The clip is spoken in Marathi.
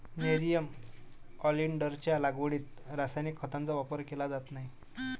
नेरियम ऑलिंडरच्या लागवडीत रासायनिक खतांचा वापर केला जात नाही